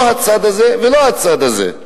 לא הצד הזה ולא הצד הזה.